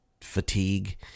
fatigue